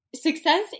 Success